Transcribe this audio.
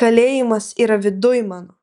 kalėjimas yra viduj mano